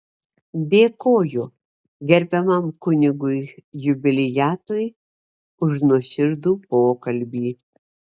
dėkoju gerbiamam kunigui jubiliatui už nuoširdų pokalbį